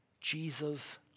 Jesus